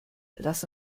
lass